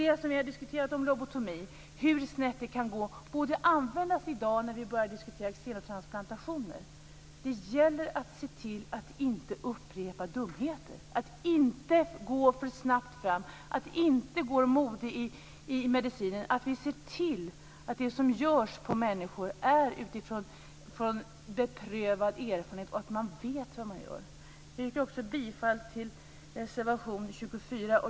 Det som vi lärt oss när vi diskuterat lobotomi, att det kan gå snett, borde användas i dag när vi börjar diskutera xenotransplantationer. Det gäller att se till att inte upprepa dumheter, att inte gå för snabbt fram, att se till att det inte går mode i medicinen, att se till att det som görs på människor görs utifrån en beprövad erfarenhet och att man vet vad man gör. Jag yrkar bifall till reservation 24.